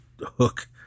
hook